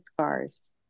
scars